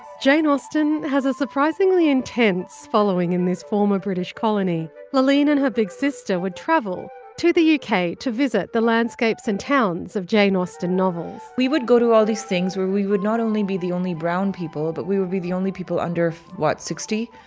jane austen has a surprisingly intense following in this former british colony. laaleen and her big sister would travel to the u k. to visit the landscapes and towns of jane austen novels we would go to all these things where we would not only be the only brown people, but we would be the only people under what? sixty.